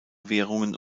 währungen